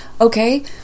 Okay